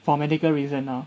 for medical reason ah